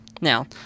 now